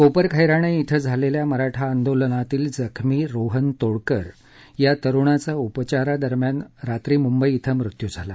कोपरखेरणव्यधझालेल्या मराठा आंदोलनातील जखमी रोहन तोडकर या तरुणाचा उपचारादरम्यान रात्री मुंबई यध्यमृत्यु झाला